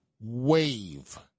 wave